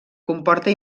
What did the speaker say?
comporta